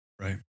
Right